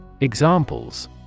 Examples